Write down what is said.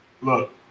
Look